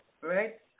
Right